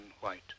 white